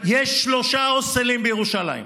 יש שלושה הוסטלים בירושלים.